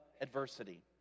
adversity